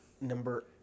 Number